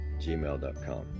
gmail.com